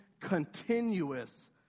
continuous